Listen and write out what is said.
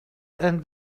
and